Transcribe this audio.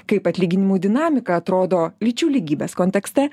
kaip atlyginimų dinamika atrodo lyčių lygybės kontekste